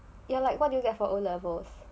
ya like what do you get for O levels